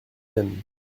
même